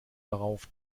darauf